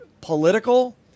political